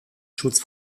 schutz